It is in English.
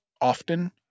often